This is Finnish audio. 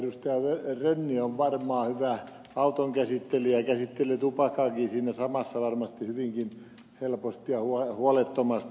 rönni on varmaan hyvä auton käsittelijä käsittelee tupakkaakin siinä samassa varmasti hyvinkin helposti ja huolettomasti